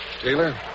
Taylor